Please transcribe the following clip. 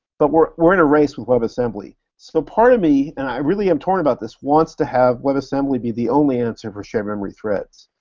but we're we're in a race with webassembly. so part of me, and i really am torn about this, wants to have webassembly be the only answer for the shared memory threads,